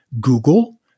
Google